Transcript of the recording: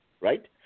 right